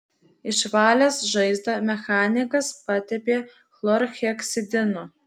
išvalęs žaizdą mechanikas patepė chlorheksidinu